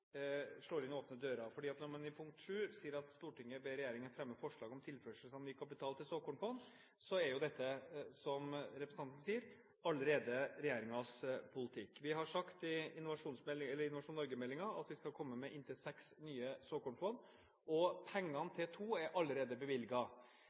slår inn åpne dører. Under VII står det: «Stortinget ber regjeringen fremme forslag om tilførsel av ny kapital til såkornfond.» Dette som representanten sier, er jo allerede regjeringens politikk. Vi har sagt i Innovasjon Norge-meldingen at vi skal komme med inntil seks nye såkornfond, og pengene